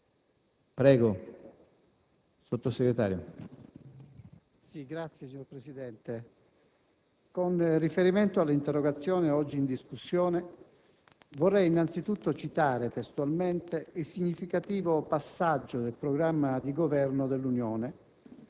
previdenza sociale*. Signor Presidente, con riferimento all'interrogazione in discussione, vorrei innanzitutto citare testualmente il significativo passaggio del programma di Governo dell'Unione,